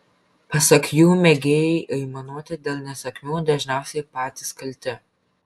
pasak jų mėgėjai aimanuoti dėl nesėkmių dažniausiai patys kalti